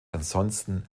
ansonsten